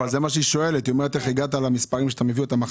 אבל איך אתה מגיע למספרים שאתה מביא בהמשך